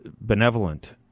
benevolent